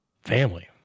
family